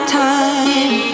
time